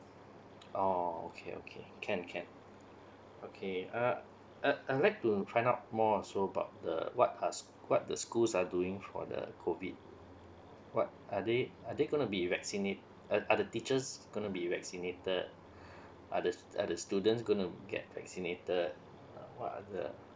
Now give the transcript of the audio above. oh okay okay can can okay uh uh I like to find out more so about the what are what the schools are doing for the COVID what are they are they gonna be vaccinate uh other teachers gonna be vaccinated are the are the students gonna get vaccinated what other